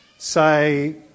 say